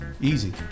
Easy